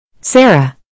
Sarah